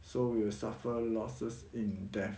so we will suffer losses in death